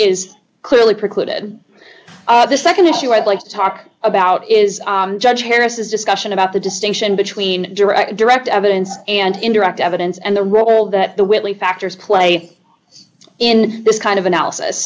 is clearly precluded the nd issue i'd like to talk about is judge harris's discussion about the distinction between direct direct evidence and indirect evidence and the role that the whitley factors play in this kind of analysis